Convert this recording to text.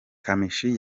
kamichi